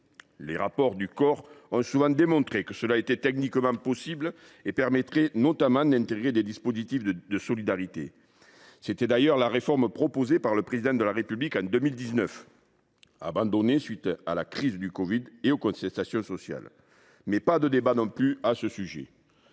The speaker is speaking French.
Les rapports du COR ont souvent démontré qu’une telle mesure était techniquement possible et permettrait notamment d’intégrer des dispositifs de solidarité. C’était d’ailleurs la réforme proposée par le Président de la République en 2019, avant qu’il ne l’abandonne en raison de la crise de la covid 19 et des contestations sociales. Mais pas de débat non plus à ce sujet